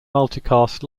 multicast